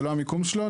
זה לא המיקום שלו,